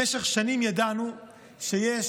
במשך שנים ידענו שיש